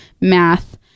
math